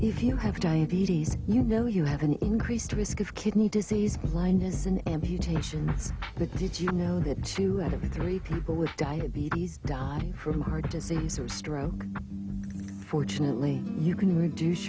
if you have diabetes you know you have an increased risk of kidney disease blindness and amputations but did you know that two out of the three people with diabetes die from heart disease or stroke fortunately you can reduce